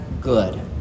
good